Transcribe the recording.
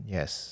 Yes